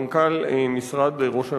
מנכ"ל משרד ראש הממשלה,